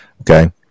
okay